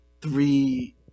three